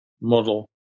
model